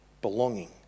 belonging